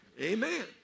Amen